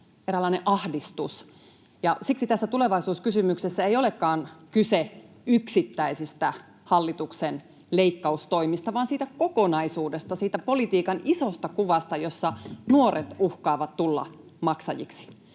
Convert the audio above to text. eräänlainen ahdistus. Siksi tässä tulevaisuuskysymyksessä ei olekaan kyse yksittäisistä hallituksen leikkaustoimista, vaan siitä kokonaisuudesta, siitä politiikan isosta kuvasta, jossa nuoret uhkaavat tulla maksajiksi.